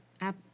app